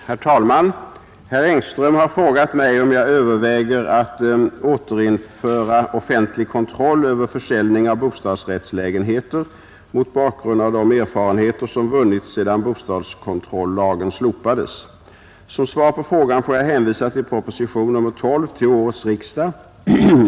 Herr talman! Herr Engström har frågat mig om jag överväger att återinföra offentlig kontroll över försäljning av bostadsrättslägenheter mot bakgrund av de erfarenheter som vunnits sedan bostadskontrollagen slopades. Som svar på frågan får jag hänvisa till proposition nr 12 till årets riksdag.